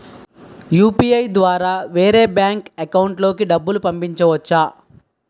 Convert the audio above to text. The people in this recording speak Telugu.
యు.పి.ఐ ద్వారా వేరే బ్యాంక్ అకౌంట్ లోకి డబ్బులు పంపించవచ్చా?